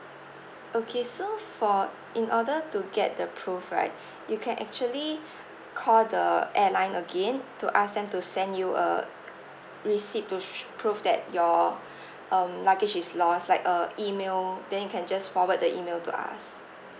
okay so for in order to get the proof right you can actually call the airline again to ask them to send you a receipt to sh~ prove that your um luggage is lost like a email then can just forward the email to us